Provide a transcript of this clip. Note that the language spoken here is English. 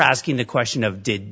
asking the question of did